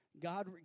God